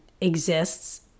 exists